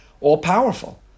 all-powerful